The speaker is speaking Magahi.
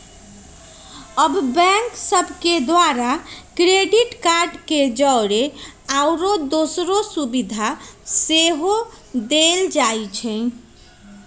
बैंक सभ के द्वारा क्रेडिट कार्ड के जौरे आउरो दोसरो सुभिधा सेहो पदेल जाइ छइ